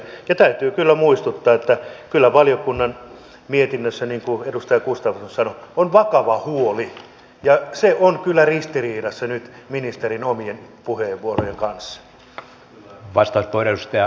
ja täytyy kyllä muistuttaa että kyllä valiokunnan mietinnössä niin kuin edustaja gustafsson sanoi on vakava huoli ja se on kyllä ristiriidassa nyt ministerin omien puheenvuorojen kanssa